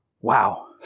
wow